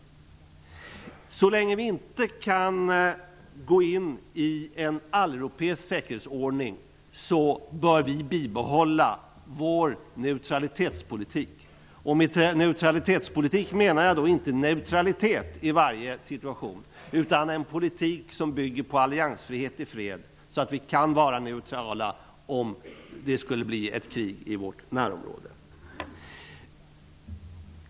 Så länge vi inte kan gå in i en alleuropeisk säkerhetsordning bör vi bibehålla vår neutralitetspolitik. Med neutralitetspolitik menar jag då inte neutralitet i varje situation, utan en politik som bygger på alliansfrihet i fred så att vi kan vara neutrala om det skulle bli krig i vårt närområde.